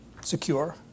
secure